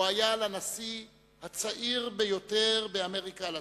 הוא היה לנשיא הצעיר ביותר באמריקה הלטינית.